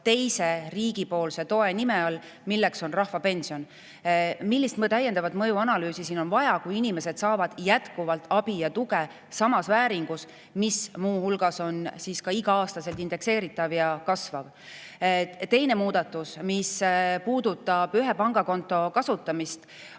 teise riigipoolse toe[tuse] nime all, milleks on rahvapension. Millist täiendavat mõjuanalüüsi on vaja, kui inimesed saavad jätkuvalt abi ja tuge samas vääringus, mis muu hulgas on igal aastal indekseeritav ja kasvav? Teine muudatus, mis puudutab ühe pangakonto kasutamist,